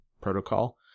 protocol